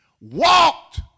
walked